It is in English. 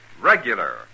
regular